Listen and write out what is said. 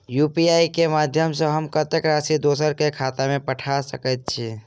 UPI केँ माध्यम सँ हम कत्तेक राशि दोसर केँ खाता मे पठा सकैत छी?